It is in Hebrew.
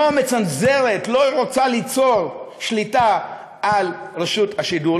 לא מצנזרת, לא רוצה ליצור שליטה על רשות השידור.